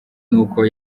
n’uko